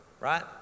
Right